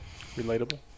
Relatable